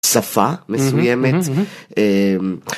שפה מסוימת.